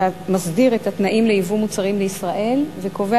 שמסדיר את התנאים לייבוא מוצרים לישראל וקובע